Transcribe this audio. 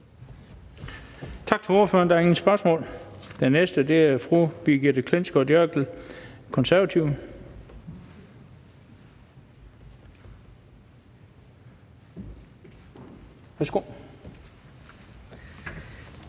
Tak til ordføreren. Der er ingen spørgsmål. Den næste er fru Brigitte Klintskov Jerkel, Konservative. Værsgo.